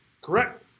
Correct